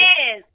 Yes